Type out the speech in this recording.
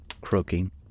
croaking